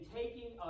taking